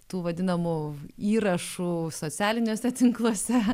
tų vadinamų įrašų socialiniuose tinkluose